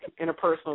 interpersonal